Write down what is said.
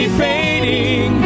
fading